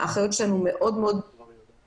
האחיות שלנו מאוד --- בחצבת.